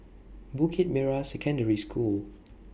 Bukit Merah Secondary School